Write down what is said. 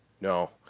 No